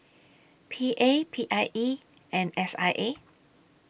P A P I E and S I A